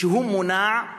שהוא מונע,